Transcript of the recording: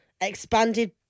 expanded